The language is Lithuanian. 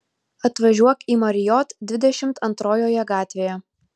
atvažiuok į marriott dvidešimt antrojoje gatvėje